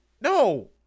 No